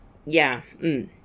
ya mm